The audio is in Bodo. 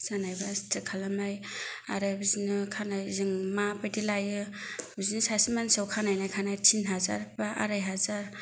जानायबा स्ट्रेट खालामनाय आरो बिदिनो खानाय डिजाइन माबादि लायो बिदिनो सासे मानसियाव खानाय नाय खानाय थिन हाजार बा आराय हाजार